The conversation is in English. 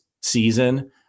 season